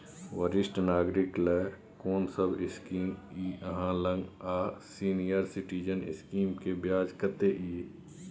वरिष्ठ नागरिक ल कोन सब स्कीम इ आहाँ लग आ सीनियर सिटीजन स्कीम के ब्याज कत्ते इ?